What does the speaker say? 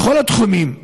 בכל התחומים,